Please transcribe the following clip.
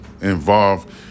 involved